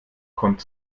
kommt